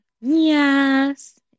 Yes